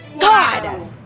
God